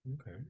Okay